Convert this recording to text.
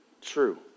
true